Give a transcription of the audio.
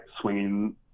swinging